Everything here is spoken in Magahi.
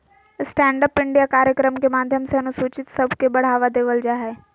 स्टैण्ड अप इंडिया कार्यक्रम के माध्यम से अनुसूचित सब के बढ़ावा देवल जा हय